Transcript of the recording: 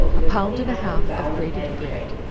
a pound and a half of grated bread,